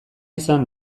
izan